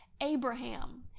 Abraham